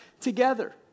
together